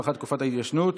הארכת תקופת ההתיישנות).